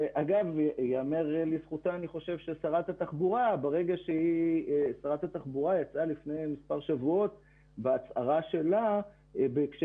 ייאמר לזכותה של שרת התחבורה שיצאה לפני מספר שבועות בהצהרה שלה בהקשר